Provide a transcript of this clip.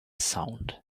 sound